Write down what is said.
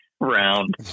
Round